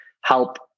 help